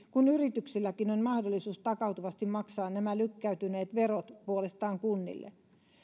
kun yrityksilläkin on puolestaan mahdollisuus takautuvasti maksaa nämä lykkäytyneet verot kunnille